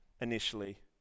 initially